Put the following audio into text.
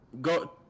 go